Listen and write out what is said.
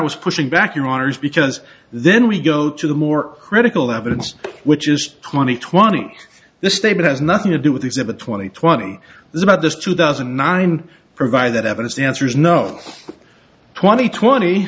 was pushing back your honour's because then we go to the more critical evidence which is twenty twenty this statement has nothing to do with the seven twenty twenty is about this two thousand and nine provide that evidence the answer is no twenty twenty